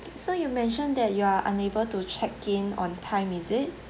so you mention that you are unable to check in on time is it